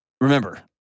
remember